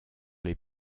les